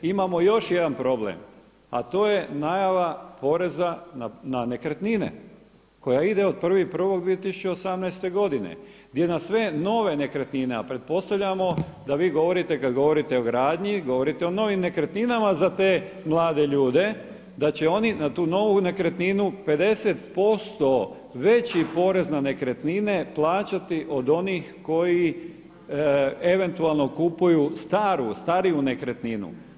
Imamo još jedan problem a to je najava poreza na nekretnine koja ide od 1.1.2018. godine gdje na sve nove nekretnine a pretpostavljamo da vi govorite, kada govorite o gradnji govorite o novim nekretninama za te mlade ljude da će oni na tu novu nekretninu 50% veći porez na nekretnine plaćati od onih koji eventualno kupuju staru, stariju nekretninu.